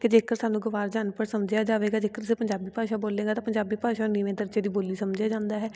ਕਿ ਜੇਕਰ ਸਾਨੂੰ ਗਵਾਰ ਜਾਂ ਅਨਪੜ੍ਹ ਸਮਝਿਆ ਜਾਵੇਗਾ ਜੇਕਰ ਪੰਜਾਬੀ ਭਾਸ਼ਾ ਬੋਲੇਗਾ ਤਾਂ ਪੰਜਾਬੀ ਭਾਸ਼ਾ ਨੀਵੇਂ ਦਰਜੇ ਦੀ ਬੋਲੀ ਸਮਝਿਆ ਜਾਂਦਾ ਹੈ